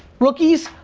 rookies,